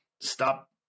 stop